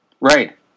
Right